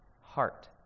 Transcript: heart